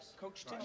Coach